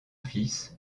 fils